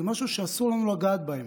זה משהו שאסור לנו לגעת בו.